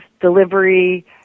delivery